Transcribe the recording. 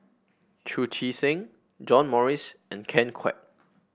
Chu Chee Seng John Morrice and Ken Kwek